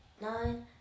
nine